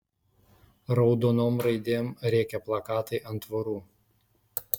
raudonom raidėm rėkė plakatai ant tvorų